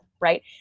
right